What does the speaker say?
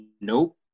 Nope